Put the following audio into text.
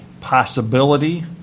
possibility